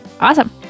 awesome